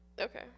Okay